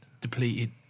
depleted